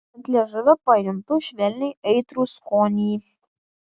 ant liežuvio pajuntu švelniai aitrų skonį